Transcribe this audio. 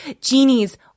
genies